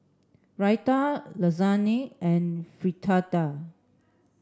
Raita Lasagne and Fritada